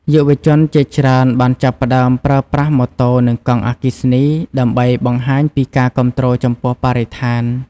យុវជនជាច្រើនបានចាប់ផ្តើមប្រើប្រាស់ម៉ូតូនិងកង់អគ្គិសនីដើម្បីបង្ហាញពីការគាំទ្រចំពោះបរិស្ថាន។